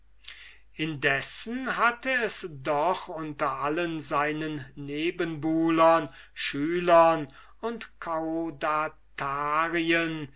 indessen hatte es doch unter allen seinen nebenbuhlern schülern und